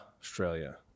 Australia